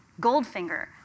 Goldfinger